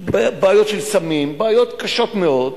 בעיות של סמים, בעיות קשות מאוד,